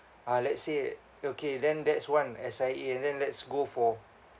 ah let's say okay then that's one S_I_A and then let's go for